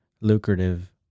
lucrative